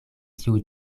tiu